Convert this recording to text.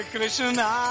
Krishna